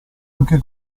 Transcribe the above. anche